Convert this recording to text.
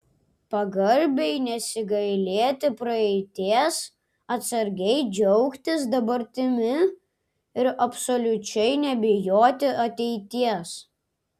pagarbiai nesigailėti praeities atsargiai džiaugtis dabartimi ir absoliučiai nebijoti ateities